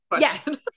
yes